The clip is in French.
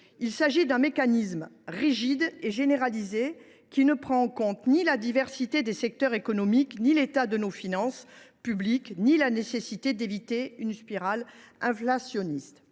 Le mécanisme proposé, rigide et généralisé, ne prend en compte ni la diversité des secteurs économiques, ni l’état de nos finances publiques, ni la nécessité d’éviter une spirale inflationniste.